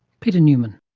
peter newman